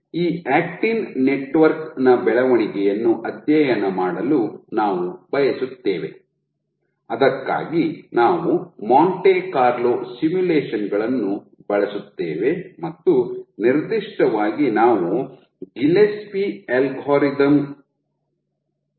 ಈ actin network ನ ಬೆಳವಣಿಗೆಯನ್ನು ಅಧ್ಯಯನ ಮಾಡಲು ನಾವು ಬಯಸುತ್ತೇವೆ ಅದಕ್ಕಾಗಿ ನಾವು ಮಾಂಟೆ ಕಾರ್ಲೊ ಸಿಮ್ಯುಲೇಶನ್ ಗಳನ್ನು ಬಳಸುತ್ತೇವೆ ಮತ್ತು ನಿರ್ದಿಷ್ಟವಾಗಿ ನಾವು ಗಿಲ್ಲೆಸ್ಪಿ ಅಲ್ಗಾರಿದಮ್ ಎಂಬ ಅಲ್ಗಾರಿದಮ್ ಅನ್ನು ಬಳಸುತ್ತೇವೆ